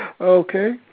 Okay